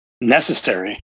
necessary